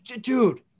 Dude